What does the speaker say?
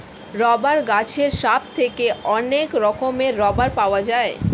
rubber গাছের sap থেকে অনেক রকমের রাবার পাওয়া যায়